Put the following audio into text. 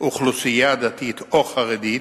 אוכלוסייה דתית או חרדית,